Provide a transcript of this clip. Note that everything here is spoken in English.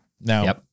Now